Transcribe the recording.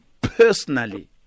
personally